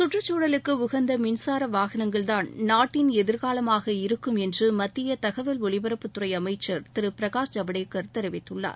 சுற்றுச்சூழலுக்கு உகந்த மின்சார வாகனங்கள்தான் நாட்டின் எதிர்காலமாக இருக்கும் என்று மத்திய தகவல் ஒலிபரப்புத்துறை அமைச்சர் திரு பிரகாஷ் ஜவடேகர் தெரிவித்துள்ளார்